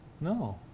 No